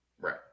Right